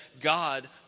God